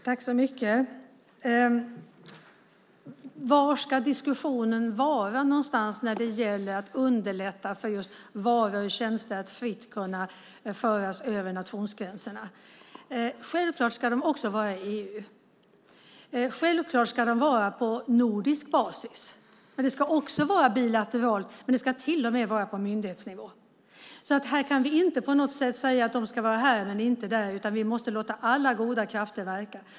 Herr talman! Var ska diskussionen föras när det gäller att underlätta för just varor och tjänster att fritt kunna föras över nationsgränserna? Självklart ska de föras på nordisk basis, men också bilateralt. Men de ska till och med föras på myndighetsnivå. Här kan vi inte på något sätt säga att de ska föras här men inte där, utan vi måste låta alla goda krafter verka.